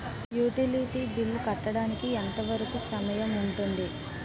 Utility bill కట్టడానికి ఎంత వరుకు సమయం ఉంటుంది?